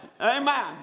Amen